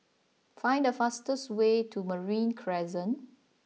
find the fastest way to Marine Crescent